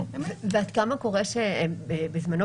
בזמנו,